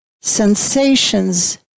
sensations